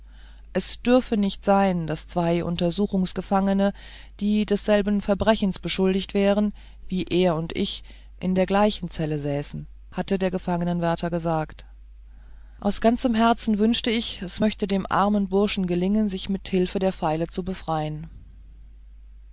es dürfe nicht sein daß zwei untersuchungsgefangene die desselben verbrechens beschuldigt wären wie er und ich in der gleichen zelle säßen hatte der gefangenwärter gesagt aus ganzem herzen wünschte ich es möchte dem armen burschen gelingen sich mit hilfe der feile zu befreien